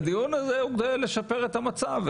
הדיון הזה בא לשפר את המצב.